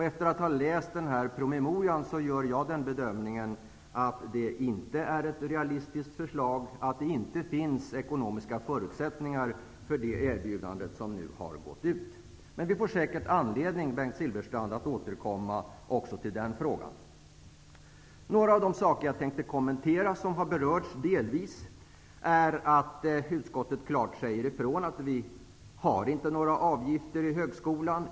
Efter att ha läst promemorian gör jag den bedömningen att det inte är ett realistiskt förslag. Det finns inte ekonomiska förutsättningar för det erbjudande som nu har gått ut. Men vi får säkert anledning att återkomma också till den frågan, Bengt Silfverstrand. En av de saker som jag tänkte kommentera och som delvis har berörts är att utskottet klart säger ifrån att vi inte har några avgifter i högskolan.